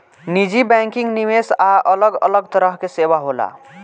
निजी बैंकिंग, निवेश आ अलग अलग तरह के सेवा होला